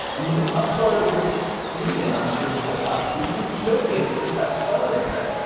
and you can upload rich media onto your profile. so you can showcase your best photos there.